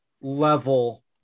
level